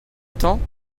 temps